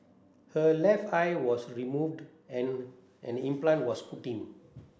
her left eye was removed and an implant was put in